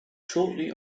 shortly